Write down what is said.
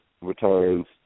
returns